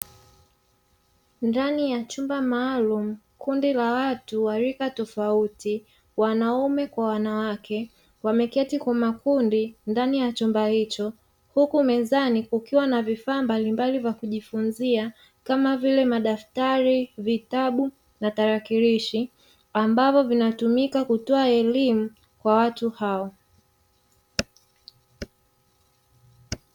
Ndani ya chumba maalumu kundi la watu wa rika tofauti wanaume kwa wanawake wameketi kwa makundi ndani ya chumba hicho huku mezani kukiwa na vifaa mbalimbali vya kujifunzia kama vile madaftari, vitabu na vinakirishi ambavyo vinatumika kutoa elimu kwa watu hao.